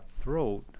throat